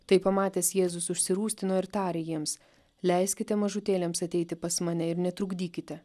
tai pamatęs jėzus užsirūstino ir tarė jiems leiskite mažutėliams ateiti pas mane ir netrukdykite